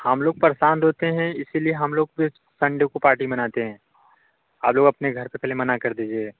हम लोग परेशान होते हैं इसीलिए हम लोग सिर्फ सनडे को पार्टी मनाते हैं आप लोग अपने घर पे पहले मना कर दीजिएगा